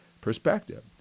perspective